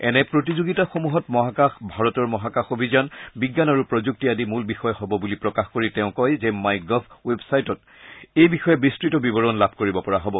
এনে প্ৰতিযোগিতাসমূহত মহাকাশ ভাৰতৰ মহাকাশ অভিযান বিজ্ঞান আৰু প্ৰযুক্তি আদি মূল বিষয় হব বুলি প্ৰকাশ কৰি তেওঁ কয় যে মাই গভ ৱেবছাইটত এই বিষয়ে বিস্তৃত বিৱৰণ লাভ কৰিব পৰা হ'ব